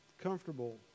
comfortable